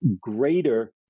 greater